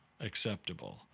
acceptable